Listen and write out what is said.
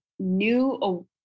New